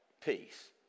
peace